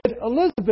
Elizabeth